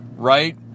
Right